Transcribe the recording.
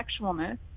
sexualness